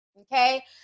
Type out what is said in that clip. Okay